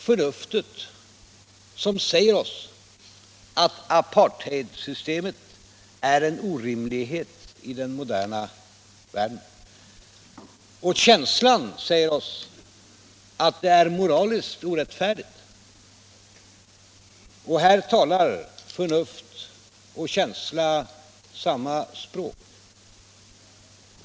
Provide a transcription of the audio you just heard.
Förnuftet säger oss att apartheidsystemet är en orimlighet i den moderna världen, och känslan säger oss att det är moraliskt orättfärdigt. Här talar förnuft och känsla samma språk.